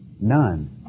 None